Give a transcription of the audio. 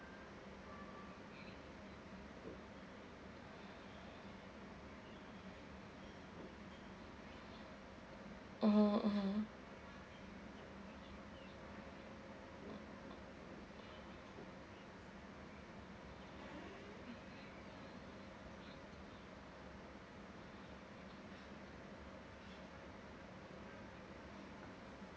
mmhmm mmhmm